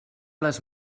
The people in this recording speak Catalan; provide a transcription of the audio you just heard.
les